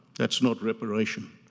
that's not reparation.